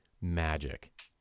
magic